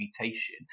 mutation